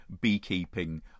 beekeeping